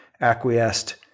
acquiesced